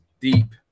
deep